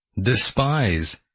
despise